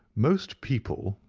most people,